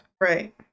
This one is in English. Right